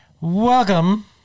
Welcome